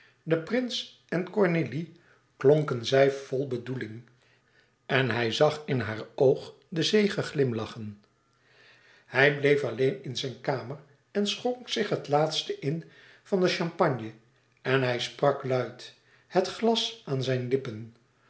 den prins en cornélie klonken zij vol bedoeling en hij zag in haar oog de zege glimlachen hij bleef alleen in zijn kamer en schonk zich het laatste in van de champagne en hij sprak luid het glas aan zijne lippen